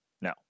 No